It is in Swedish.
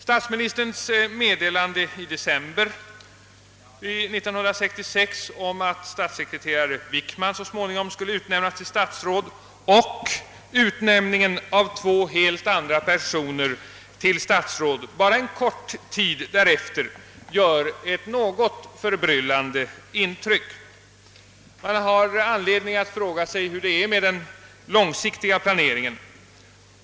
Statsministerns meddelande i december 1966 om att statssekreterare Wickman så småningom skulle utnämnas till statsråd samt utnämningen av två helt andra personer till statsråd ba ra en kort tid därefter gör ett något förbryllande intryck. Man har anledning att fråga sig hur det är med den långsiktiga planeringen.